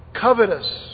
covetous